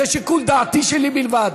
זה שיקול דעתי שלי בלבד.